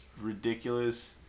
ridiculous